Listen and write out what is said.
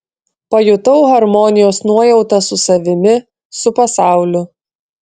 pajutau harmonijos nuojautą su savimi su pasauliu